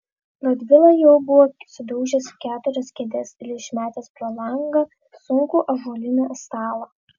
radvila jau buvo sudaužęs keturias kėdes ir išmetęs pro langą sunkų ąžuolinį stalą